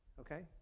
okay?